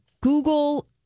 Google